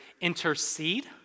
intercede